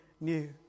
new